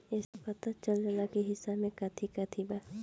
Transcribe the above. एसे पता चल जाला की हिसाब में काथी काथी बा